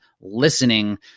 listening